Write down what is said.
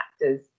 factors